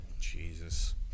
Jesus